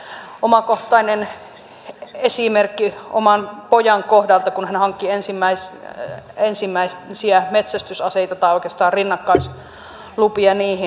omakohtainen esimerkki oman pojan kohdalta kun hän hankki ensimmäisiä metsästysaseita tai oikeastaan rinnakkaislupia niihin